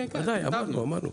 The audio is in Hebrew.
ודאי, אמרנו.